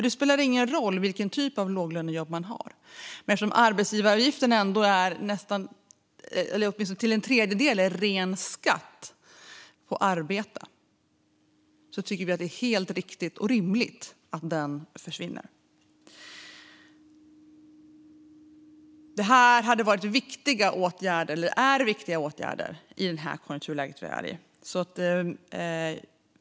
Det spelar ingen roll vilken typ av låglönejobb det är - eftersom arbetsgivaravgiften upp till en tredjedel ändå är ren skatt på arbete tycker vi att det är helt riktigt och rimligt att den försvinner. Detta hade varit viktiga åtgärder i det konjunkturläge vi är i.